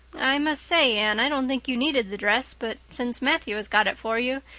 i must say, anne, i don't think you needed the dress but since matthew has got it for you,